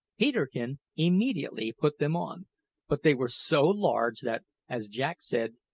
peterkin immediately put them on but they were so large that, as jack said,